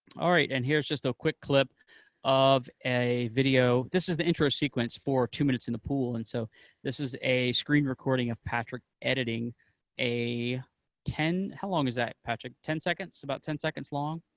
alright, and here's just a quick clip of a video. this is the intro sequence for two minutes in the pool, and so this is a screen recording of patrick editing a ten. how long is that, patrick? ten seconds? about ten seconds long. oh,